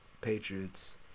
Patriots